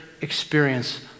experience